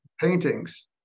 paintings